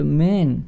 men